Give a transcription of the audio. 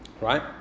right